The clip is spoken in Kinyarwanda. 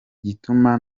gituma